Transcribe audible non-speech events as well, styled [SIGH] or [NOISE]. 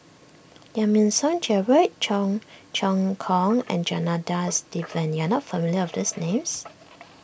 Giam Yean Song Gerald Cheong Choong Kong [NOISE] and Janadas Devan you are not familiar with these names [NOISE]